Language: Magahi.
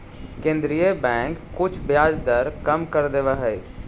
केन्द्रीय बैंक कुछ ब्याज दर कम कर देवऽ हइ